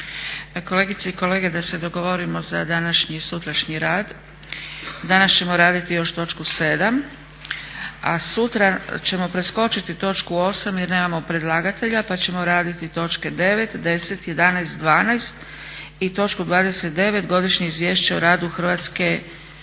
Kolegice i kolege, da se dogovorimo za današnji i sutrašnji rad. Danas ćemo raditi još točku 7, a sutra ćemo preskočiti točku 8 jer nemamo predlagatelja pa ćemo raditi točke 9, 10, 11, 12 i točku 29 Godišnje izvješće o radu Hrvatske agencije